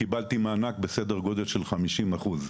קיבלתי מענק בסדר גודל של חמישים אחוז.